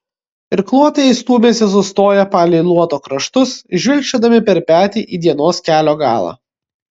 irkluotojai stūmėsi sustoję palei luoto kraštus žvilgčiodami per petį į dienos kelio galą